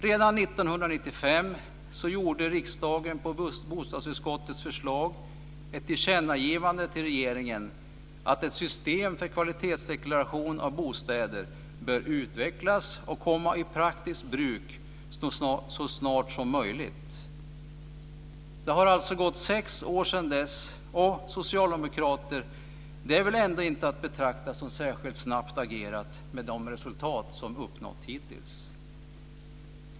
Redan 1995 gjorde riksdagen på bostadsutskottets förslag ett tillkännagivande till regeringen om att ett system för kvalitetsdeklaration av bostäder bör utvecklas och komma i praktiskt bruk så snart som möjligt. Det har alltså gått sex år sedan dess. Socialdemokrater! Det är väl ändå inte att betrakta som särskilt snabbt agerat med tanke på de resultat som uppnåtts hittills.